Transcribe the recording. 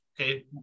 okay